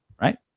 right